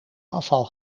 afval